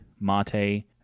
Mate